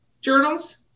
Journals